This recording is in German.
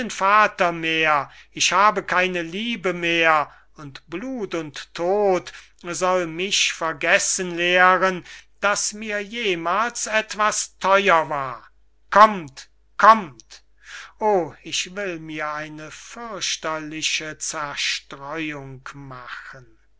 vater mehr ich habe keine liebe mehr und blut und tod soll mich vergessen lehren daß mir jemals etwas theuer war kommt kommt oh ich will mir eine fürchterliche zerstreuung machen